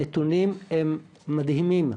הנתונים הם מדהימים.